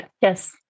Yes